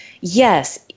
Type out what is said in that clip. yes